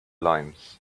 limes